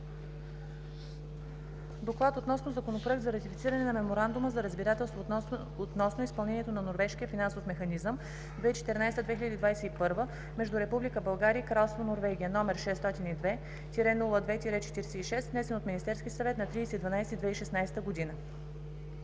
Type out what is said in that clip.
разгледа Законопроект за ратифициране на Меморандума за разбирателство относно изпълнението на Норвежкия финансов механизъм 2014 – 2021 между Република България и Кралство Норвегия, № 602-02-46, внесен от Министерския съвет на 30 декември